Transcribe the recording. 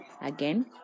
again